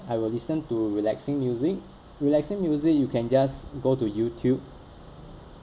I will listen to relaxing music relaxing music you can just go to youtube